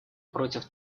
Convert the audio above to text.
против